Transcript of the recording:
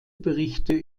berichte